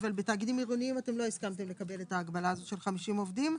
בתאגידים עירוניים לא הסכמתם לקבל את ההגבלה של 50 עובדים.